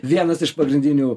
vienas iš pagrindinių